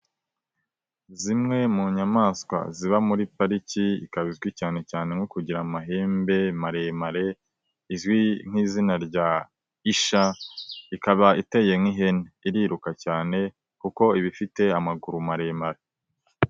Zimwe mu nyamaswa ziba muri pariki, ikaba izwi cyane cyane nko kugira amahembe, maremare, izwi nk'izina rya isha, ikaba iteye nk'ihene, iriruka cyane kuko iba ifite amaguru maremare.